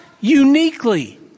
uniquely